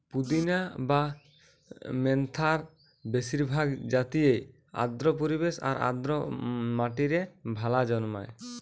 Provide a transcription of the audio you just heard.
পুদিনা বা মেন্থার বেশিরভাগ জাতিই আর্দ্র পরিবেশ আর আর্দ্র মাটিরে ভালা জন্মায়